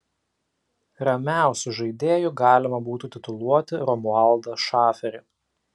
ramiausiu žaidėju galima būtų tituluoti romualdą šaferį